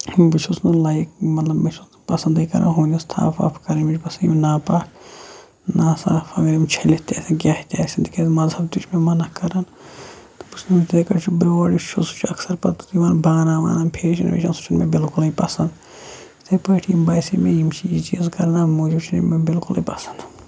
بہٕ چھُس نہٕ لایک مطلب مےٚ چھُس نہٕ پَسنٛدٕے کَران ہوٗنِس تھَپھ وَپھ کَرٕنۍ مےٚ چھِ باسان یِم ناپاک ناصاف اگر یِم چھٔلِتھ تہِ آسن کینٛہہ تہِ آسن تِکیٛازِ مذہب تہِ چھُ مےٚ منع کَران تہٕ بہٕ چھُس نہٕ یِتھَے کٔٹھۍ چھِ بیور یُس چھُ سُہ چھُ اکثر پَتہٕ یِوان باران واران پھیٚجَن ویٚجَن سُہ چھُنہٕ مےٚ بلکُلٕے پَسنٛد یِتھَے پٲٹھۍ یِم باسے مےٚ یِم چھِ یہِ چیٖز کرنا موٗجوٗب چھِنہٕ مےٚ بلکلٕے پَسنٛد